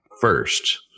first